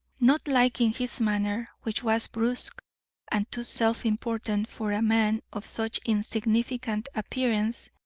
not liking his manner, which was brusque and too self-important for a man of such insignificant appearance,